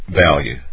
value